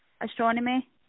astronomy